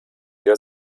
der